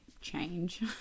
change